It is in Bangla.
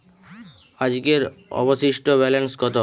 আজকের অবশিষ্ট ব্যালেন্স কত?